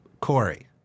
Corey